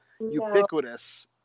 ubiquitous